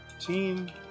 Team